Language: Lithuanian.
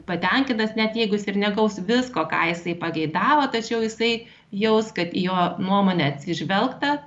patenkintas net jeigu jis ir negaus visko ką jisai pageidavo tačiau jisai jaus kad į jo nuomonę atsižvelgta